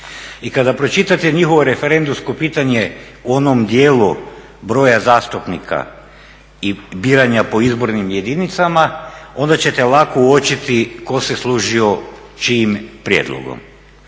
I kada pročitate njihovo referendumsko pitanje u onom dijelu broja zastupnika i biranja po izbornim jedinicama onda ćete lako uočiti tko se služio čijim prijedlogom.